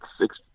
six